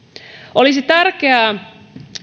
olisi tärkeää